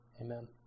amen